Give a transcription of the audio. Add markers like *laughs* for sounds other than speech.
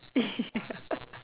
*laughs* ya